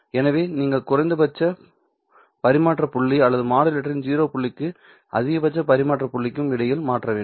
எனவே நீங்கள் குறைந்தபட்ச பரிமாற்ற புள்ளி அல்லது மாடுலேட்டரின் 0 புள்ளிக்கும் அதிகபட்ச பரிமாற்ற புள்ளிக்கும் இடையில் மாற்ற வேண்டும்